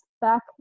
back